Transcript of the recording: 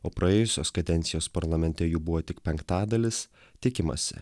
o praėjusios kadencijos parlamente jų buvo tik penktadalis tikimasi